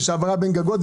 יש העברה בין גגות.